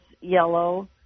yellow